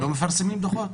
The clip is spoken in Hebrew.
הם לא מפרסמים דוחות?